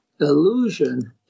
illusion